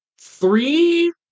Three